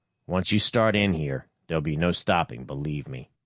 once you start in here, there'll be no stopping. believe me.